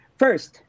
first